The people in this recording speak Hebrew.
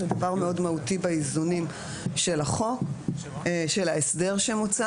זה דבר מאוד מהותי באיזונים של ההסדר שמוצע